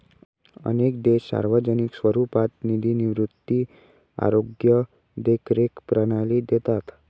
अनेक देश सार्वजनिक स्वरूपात निधी निवृत्ती, आरोग्य देखरेख प्रणाली देतात